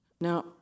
Now